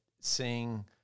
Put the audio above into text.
seeing